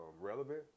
relevant